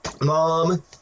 Mom